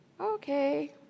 Okay